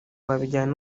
wabigereranya